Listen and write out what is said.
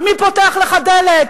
מי פותח לך דלת,